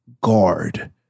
guard